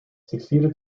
succeeded